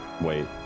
wait